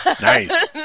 Nice